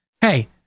Hey